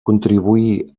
contribuí